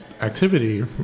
activity